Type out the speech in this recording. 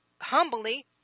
humbly